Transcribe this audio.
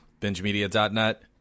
BingeMedia.net